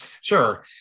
Sure